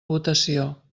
votació